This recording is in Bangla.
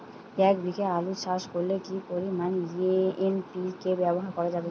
এক বিঘে আলু চাষ করলে কি পরিমাণ এন.পি.কে ব্যবহার করা যাবে?